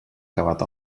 acabat